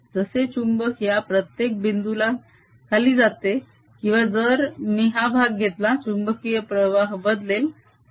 जसे चुंबक या प्रत्येक बिंदूला खाली जाते किंवा जर मी हा भाग घेतला चुंबकीय प्रवाह बदलेल